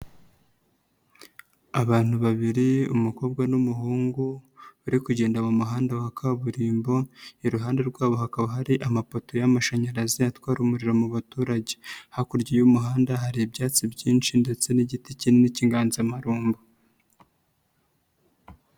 Abantu babiri umukobwa n'umuhungu bari kugenda mu muhanda wa kaburimbo, iruhande rwabo hakaba hari amapoto y'amashanyarazi atwara umuriro mu baturage, hakurya y'umuhanda hari ibyatsi byinshi ndetse n'igiti kinini cy'inganzamarumbo.